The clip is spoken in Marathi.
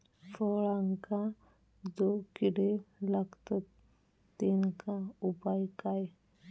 फळांका जो किडे लागतत तेनका उपाय काय?